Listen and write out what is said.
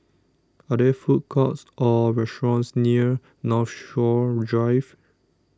Are There Food Courts Or restaurants near Northshore Drive